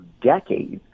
decades